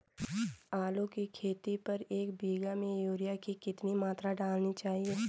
आलू की खेती पर एक बीघा में यूरिया की कितनी मात्रा डालनी चाहिए?